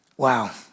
Wow